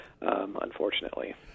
unfortunately